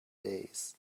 days